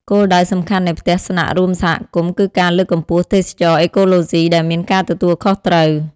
គោលដៅសំខាន់នៃផ្ទះស្នាក់រួមសហគមន៍គឺការលើកកម្ពស់ ទេសចរណ៍អេកូឡូស៊ី ដែលមានការទទួលខុសត្រូវ។